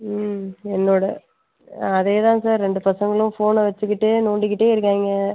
ம் என்னோடய அதே தான் சார் ரெண்டு பசங்களும் ஃபோனை வச்சுக்கிட்டே நோண்டிக்கிட்டே இருக்காய்ங்க